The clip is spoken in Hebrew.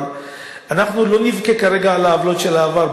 אבל אנחנו לא נבכה כרגע על העוולות של העבר,